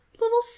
Little